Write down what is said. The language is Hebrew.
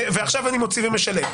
ועכשיו אני מוציא ומשלם.